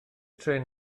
trên